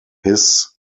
his